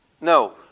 No